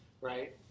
right